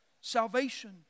Salvation